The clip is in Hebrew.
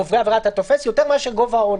כמה עוברי עבירה אתה תופס יותר מאשר גובה העונש.